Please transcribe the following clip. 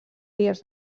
dies